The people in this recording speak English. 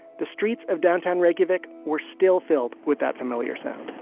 the streets of downtown reykjavik were still filled with that familiar sound